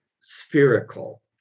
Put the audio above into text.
spherical